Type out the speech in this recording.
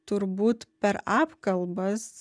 turbūt per apkalbas